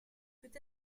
peut